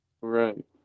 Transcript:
right